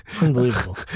unbelievable